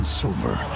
silver